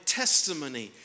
testimony